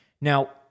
Now